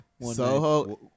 Soho